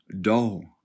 dull